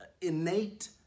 innate